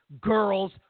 girls